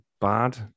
bad